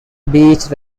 beach